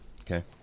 Okay